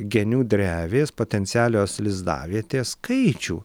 genių drevės potencialios lizdavietės skaičių